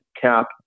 cap